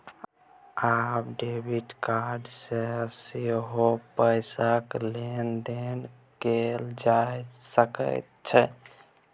आब debit card सँ सेहो पैसाक लेन देन कैल जा सकैत छै